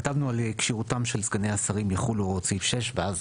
כתבנו 'על כשירותם של סגני השרים יחולו הוראות סעיף 6' ואז